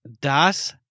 das